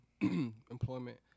employment